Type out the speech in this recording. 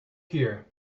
hear